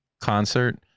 concert